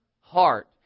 heart